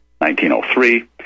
1903